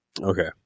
Okay